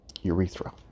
urethra